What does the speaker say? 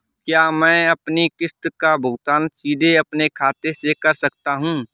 क्या मैं अपनी किश्त का भुगतान सीधे अपने खाते से कर सकता हूँ?